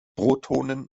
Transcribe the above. protonen